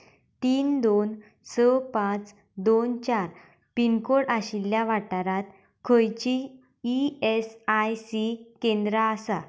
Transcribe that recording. तीन दोन स पांच दोन चार पिन कोड आशिल्ल्या वाठारांत खंयचींय ई एस आय सी केंद्रां आसा